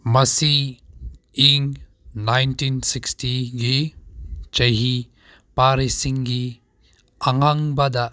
ꯃꯁꯤ ꯏꯪ ꯅꯥꯏꯟꯇꯤꯟ ꯁꯤꯛꯁꯇꯤꯒꯤ ꯆꯍꯤ ꯄꯔꯤꯡꯁꯤꯡꯒꯤ ꯑꯉꯟꯕꯗ